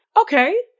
okay